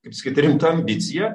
kaip sakyt rimta ambicija